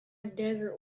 desert